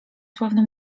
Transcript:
sławną